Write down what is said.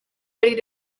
ready